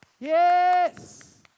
yes